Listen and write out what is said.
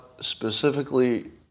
specifically